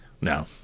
No